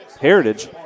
Heritage